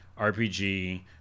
rpg